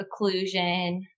occlusion